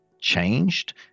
changed